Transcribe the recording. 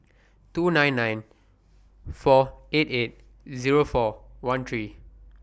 two nine nine four eight eight Zero four one three